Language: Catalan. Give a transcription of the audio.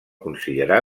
considerar